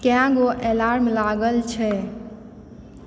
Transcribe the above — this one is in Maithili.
कै गो अलार्म लागल छै